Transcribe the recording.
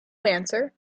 answer